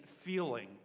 feeling